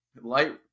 light